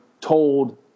told